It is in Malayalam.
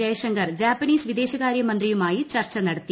ജയശങ്കർ ജാപ്പനീസ് വിദേശകാരൃ മന്ത്രിയുമായി ചർച്ച നടത്തി